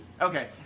Okay